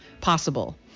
possible